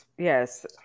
Yes